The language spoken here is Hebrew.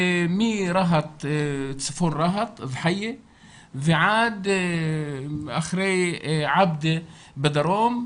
זה מצפון רהט ועד אחרי עבדה בדרום.